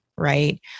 right